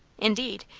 indeed,